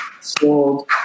sold